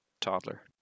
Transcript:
toddler